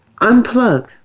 Unplug